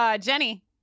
Jenny